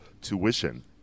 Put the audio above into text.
tuition